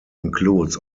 includes